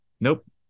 nope